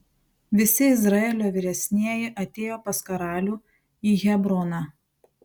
visi izraelio vyresnieji atėjo pas karalių į hebroną